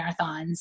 marathons